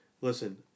Listen